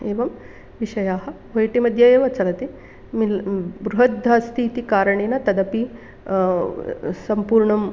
एवं विषयाः ओऐटिमध्ये एव चलन्ति मिल् बृहद्दस्ति इति कारणेन तदपि सम्पूर्णम्